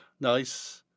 nice